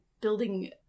building